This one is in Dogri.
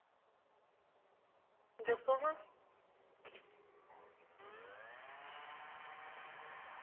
दस्सो आं